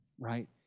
right